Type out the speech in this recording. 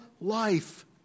life